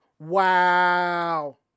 Wow